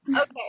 okay